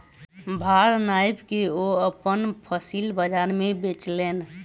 भार नाइप के ओ अपन फसिल बजार में बेचलैन